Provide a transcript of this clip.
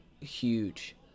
huge